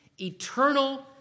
eternal